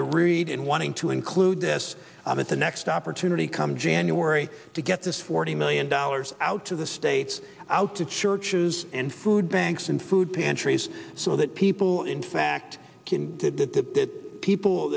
leader reid and wanting to include this at the next opportunity come january to get this forty million dollars out to the states out to churches and food banks and food pantries so that people in fact